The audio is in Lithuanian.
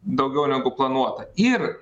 daugiau negu planuota ir